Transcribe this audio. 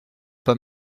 pas